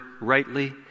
rightly